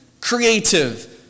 creative